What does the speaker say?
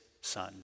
son